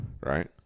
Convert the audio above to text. Right